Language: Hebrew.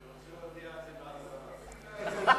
נסים, תוותר.